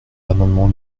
l’amendement